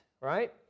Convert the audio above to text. right